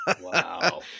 Wow